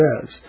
says